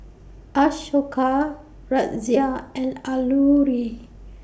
Ashoka Razia and Alluri